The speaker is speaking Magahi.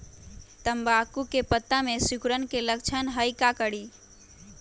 तम्बाकू के पत्ता में सिकुड़न के लक्षण हई का करी?